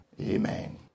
Amen